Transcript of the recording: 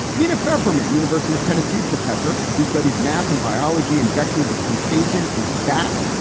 nina everman, university of tennessee professor who studies math and biology and vectors of contagion, is back.